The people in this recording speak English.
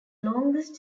longest